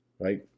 right